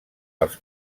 als